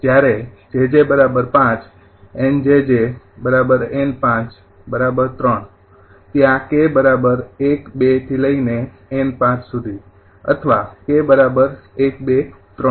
જ્યારે 𝑗𝑗 ૫𝑁𝑗𝑗 𝑁૫3𝑘૧૨𝑁૫ અથવા 𝑘૧૨૩